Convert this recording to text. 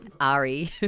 Ari